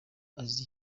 azi